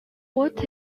what